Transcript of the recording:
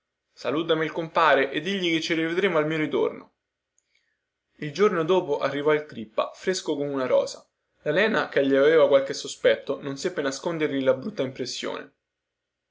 salutami il compare e digli che ci rivedremo al mio ritorno il giorno dopo arrivò il crippa fresco come una rosa la lena che aveva qualche sospetto non seppe nascondergli la brutta impressione